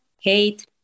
hate